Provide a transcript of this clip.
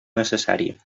necessari